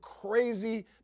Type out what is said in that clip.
crazy